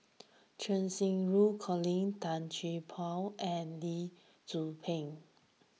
Cheng Xinru Colin Tan Gee Paw and Lee Tzu Pheng